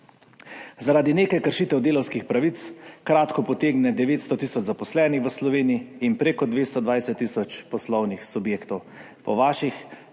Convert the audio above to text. Zaradi nekaj kršitev delavskih pravic kratko potegne 90 tisoč zaposlenih v Sloveniji in preko 220 tisoč poslovnih subjektov.